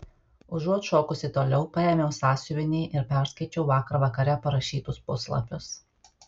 užuot šokusi toliau paėmiau sąsiuvinį ir perskaičiau vakar vakare parašytus puslapius